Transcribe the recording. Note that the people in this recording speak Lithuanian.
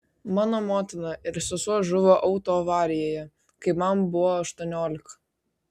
mano motina ir sesuo žuvo autoavarijoje kai man buvo aštuoniolika